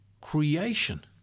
creation